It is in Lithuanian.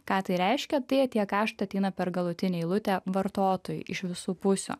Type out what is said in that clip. ką tai reiškia tai tie karštai ateina per galutinę eilutę vartotojui iš visų pusių